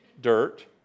dirt